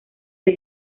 del